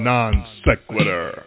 Non-Sequitur